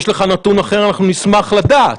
יש לך נתון אחר, אנחנו נשמח לדעת.